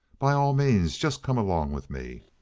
by all means. just come along with me.